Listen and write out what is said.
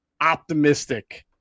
optimistic